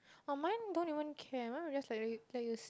oh mine don't even care mine will just let you let you